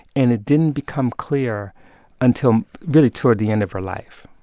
and it didn't become clear until really, toward the end of her life